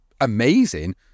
amazing